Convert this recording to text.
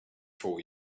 for